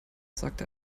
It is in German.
sagt